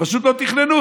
פשוט לא תכננו.